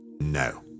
No